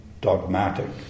dogmatic